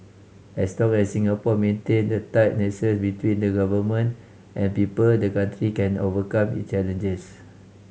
as long as Singapore maintain the tight nexus between the Government and people the country can overcome it challenges